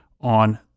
on